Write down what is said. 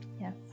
Yes